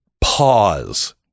pause